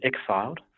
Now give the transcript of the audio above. exiled